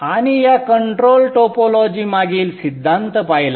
आणि या control topology मागील सिद्धांत पाहिला